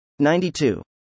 92